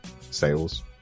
sales